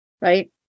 right